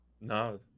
No